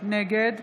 נגד